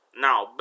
Now